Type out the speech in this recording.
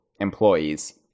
employees